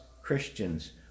Christians